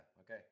Okay